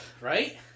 right